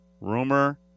rumor